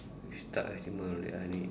which animal will